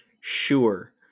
sure